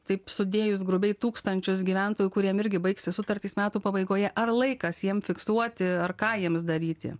taip sudėjus grubiai tūkstančius gyventojų kuriem irgi baigsis sutartys metų pabaigoje ar laikas jiem fiksuoti ar ką jiems daryti